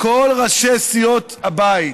כל ראשי סיעות הבית